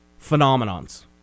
phenomenons